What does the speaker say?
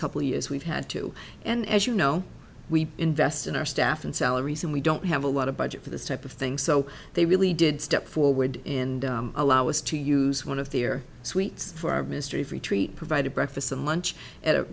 couple of years we've had to and as you know we invest in our staff and salaries and we don't have a lot of budget for this type of thing so they really did step forward and allow us to use one of their suites for our ministry of retreat provided breakfast and lunch at a